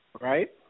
right